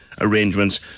arrangements